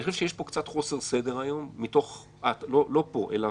אני חושב שיש פה קצת חוסר סדר היום לא פה אלא